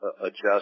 adjust